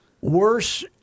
worse